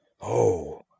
Oh